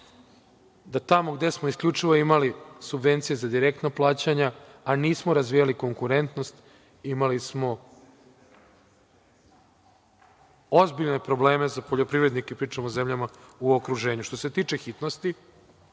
da tamo gde smo isključivo imali subvencije za direktna plaćanja, a nismo razvijali konkurentnost, imali smo ozbiljne probleme za poljoprivrednike. Pričam o zemljama u okruženju. Što se tiče hitnosti